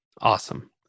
Awesome